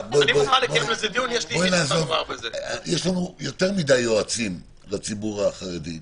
יש לנו יותר מדי יועצים לציבור החרדי,